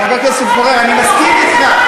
150 המיליון, חבר הכנסת פורר, אני מסכים אתך.